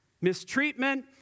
Mistreatment